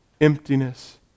Emptiness